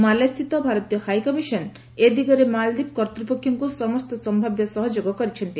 ମାଲେସ୍ଥିତ ଭାରତୀୟ ହାଇକମିଶନ୍ ଏ ଦିଗରେ ମାଳଦୀପ କର୍ତ୍ତୃପକ୍ଷଙ୍କୁ ସମସ୍ତ ସମ୍ଭାବ୍ୟ ସହଯୋଗ କରୁଛି